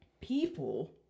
people